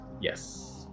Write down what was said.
yes